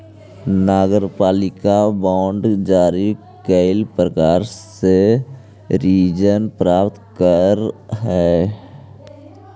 नगरपालिका भी बांड जारी कईक प्रकार से ऋण प्राप्त करऽ हई